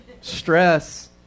Stress